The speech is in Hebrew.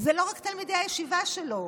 זה לא רק תלמידי הישיבה שלו.